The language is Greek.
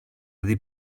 δει